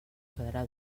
quedarà